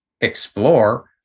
explore